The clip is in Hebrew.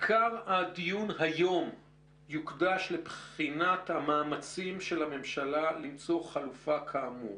עיקר הדיון היום יוקדש לבחינת המאמצים של הממשלה למצוא חלופה כאמור,